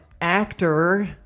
actor